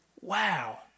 wow